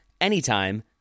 anytime